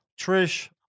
Trish